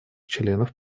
членов